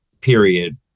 period